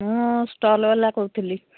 ମୁଁ ଷ୍ଟଲ୍ ବାଲା କହୁଥିଲି